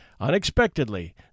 Unexpectedly